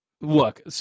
look